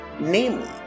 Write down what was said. namely